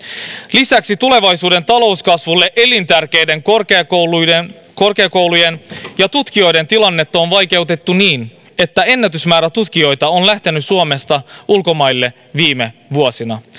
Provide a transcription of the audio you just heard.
lisäksi tulevaisuuden talouskasvulle elintärkeiden korkeakoulujen korkeakoulujen ja tutkijoiden tilannetta on vaikeutettu niin että ennätysmäärä tutkijoita on lähtenyt suomesta ulkomaille viime vuosina